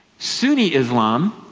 sunni islam,